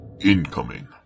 incoming